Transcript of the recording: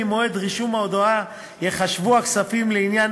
ממועד רישום ההודעה ייחשבו הכספים לעניין